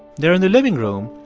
they're in the living room,